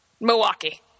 Milwaukee